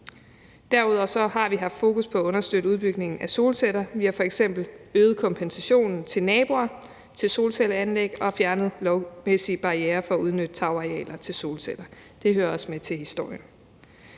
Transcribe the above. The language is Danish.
Derudover har vi haft fokus på at understøtte udbygningen af solceller. Vi har f.eks. øget kompensationen til naboer til solcelleanlæg og fjernet lovmæssige barrierer for at udnytte tagarealer til solceller. Det hører også med til historien.